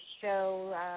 show